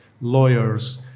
lawyers